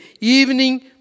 evening